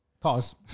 Pause